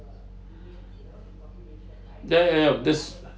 ya ya yup that's